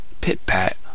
pit-pat